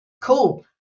cool